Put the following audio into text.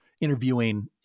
interviewing